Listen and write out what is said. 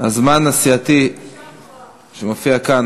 הזמן הסיעתי שמופיע כאן,